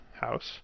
house